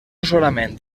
solament